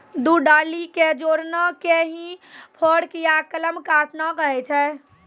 दू डाली कॅ जोड़ना कॅ ही फोर्क या कलम काटना कहै छ